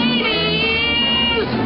Ladies